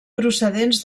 procedents